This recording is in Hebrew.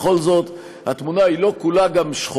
בכל זאת: התמונה היא גם לא כולה שחורה,